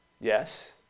yes